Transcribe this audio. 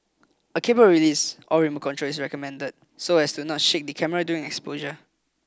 cable release or remote control is recommended so as not to shake the camera during exposure